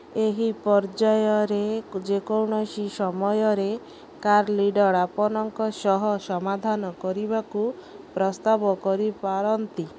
ଏହି ପର୍ଯ୍ୟାୟରେ ଯେକୌଣସି ସମୟରେ କାର୍ ଡିଲର୍ ଆପଣଙ୍କ ସହ ସମାଧାନ କରିବାକୁ ପ୍ରସ୍ତାବ କରିପାରନ୍ତି